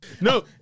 No